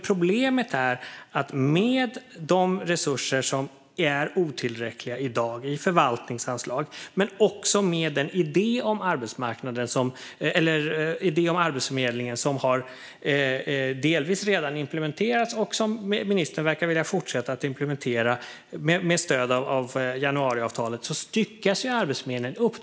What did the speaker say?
Problemet är att de otillräckliga resurser man har i förvaltningsanslag i dag och den idé om Arbetsförmedlingen som delvis redan har implementerats - och som ministern verkar vilja fortsätta implementera, med stöd av januariavtalet - gör att Arbetsförmedlingen styckas upp.